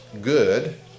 good